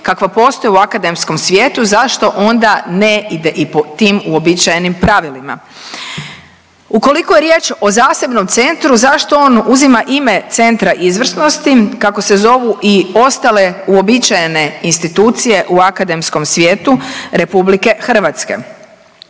kakva postoji u akademskom svijetu zašto onda ne ide i po tim uobičajenim pravilima. Ukoliko je riječ o zasebnom centru zašto on uzima ime Centra izvrsnosti kako se zovu i ostale uobičajene institucije u akademskom svijetu RH. Nadalje,